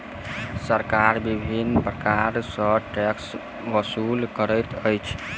सरकार विभिन्न प्रकार सॅ टैक्स ओसूल करैत अछि